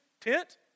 tent